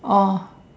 oh